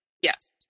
Yes